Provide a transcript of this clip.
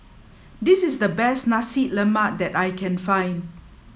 this is the best Nasi Lemak that I can find